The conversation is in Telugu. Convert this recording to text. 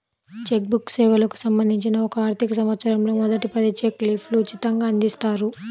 చెక్ బుక్ సేవలకు సంబంధించి ఒక ఆర్థికసంవత్సరంలో మొదటి పది చెక్ లీఫ్లు ఉచితంగ అందిస్తారు